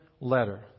letter